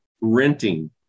renting